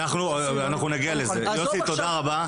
תודה רבה.